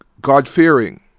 God-fearing